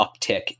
uptick